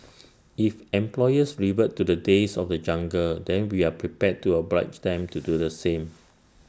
if employers revert to the days of the jungle then we are prepared to oblige them to do the same